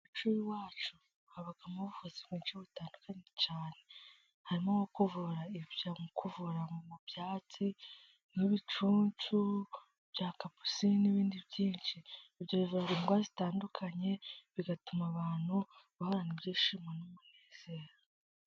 Umuco wacu habagamo ubuvuzi bwinshi butandukanye cyane, harimo nko kuvura ivya mu kuvura mu byatsi, n'ibicuncu bya kapisi n'ibindi ibyo bivura indwara zitandukanye bigatuma abantu bahorana ibyishimo n'umunezero.